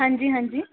ਹਾਂਜੀ ਹਾਂਜੀ